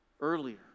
Earlier